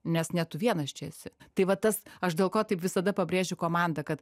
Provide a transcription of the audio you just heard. nes ne tu vienas čia esi tai va tas aš dėl ko taip visada pabrėžiu komandą kad